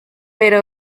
pero